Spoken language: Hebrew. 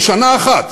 של שנה אחת,